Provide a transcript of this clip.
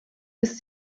ist